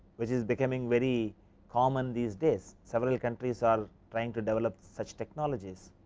which is becoming very common these days. several countries are trying to develop such technologies,